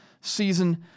season